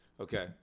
Okay